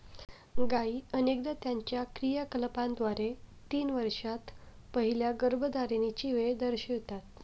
गायी अनेकदा त्यांच्या क्रियाकलापांद्वारे तीन वर्षांत पहिल्या गर्भधारणेची वेळ दर्शवितात